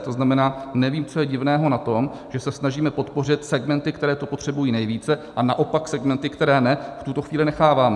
To znamená, nevím, co je divného na tom, že se snažíme podpořit segmenty, které se potřebují nejvíce, a naopak segmenty, které ne, v tuto chvíli necháváme.